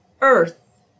earth